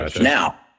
Now